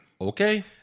Okay